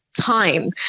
time